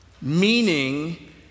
meaning